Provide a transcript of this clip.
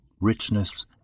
richness